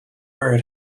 where